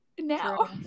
now